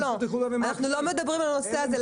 אנחנו לא מדברים על הנושא הזה.